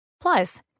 Plus